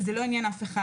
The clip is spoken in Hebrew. זה לא עניין אף אחד.